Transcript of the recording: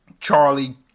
Charlie